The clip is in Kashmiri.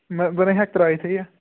بہٕ بہٕ نےَ ہیٚکہٕ ترٛٲیتھٕے یہِ